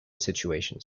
situations